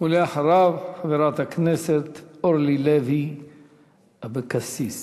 אחריו, חברת הכנסת אורלי לוי אבקסיס.